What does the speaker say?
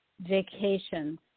vacations